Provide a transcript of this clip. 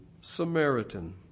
Samaritan